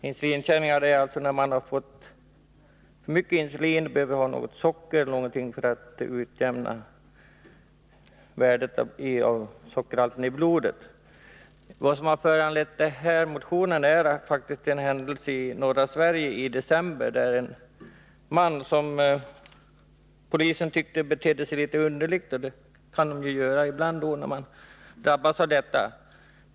Insulinkänning uppkommer när man har fått för mycket insulin och behöver socker för att utjämna sockerhalten i blodet. Det som föranledde motionen var en händelse i norra Sverige i december. Polisen tyckte att en man betedde sig litet underligt, vilket en person gör när han drabbas av denna sjukdom.